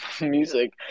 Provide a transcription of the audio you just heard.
music